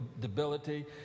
debility